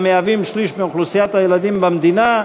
שהם שליש מאוכלוסיית הילדים במדינה.